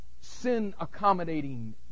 sin-accommodating